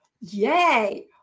Yay